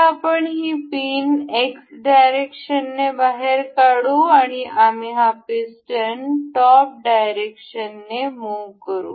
आता आपण ही पिन एक्स डायरेक्शनने बाहेर काढू आणि आम्ही हा पिस्टन टॉप डायरेक्शननी मुह करू